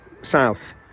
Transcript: south